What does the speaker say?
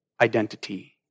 identity